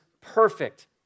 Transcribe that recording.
perfect